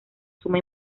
suma